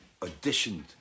auditioned